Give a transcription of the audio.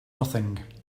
nothing